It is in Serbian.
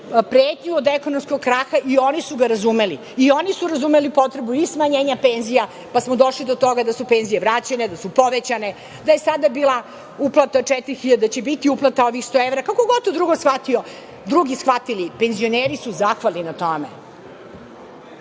pretnju od ekonomskog kraha i oni su ga razumeli i oni su razumeli potrebu i smanjenja penzija, pa smo došli do toga da su penzije vraćene, da su povećane, da je sada bila uplata od četiri hiljade, da će biti uplata ovih 100 evra. Kako god to drugi shvatili, penzioneri su zahvalni na tome.